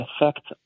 effect